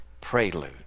prelude